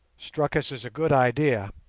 struck us as a good idea,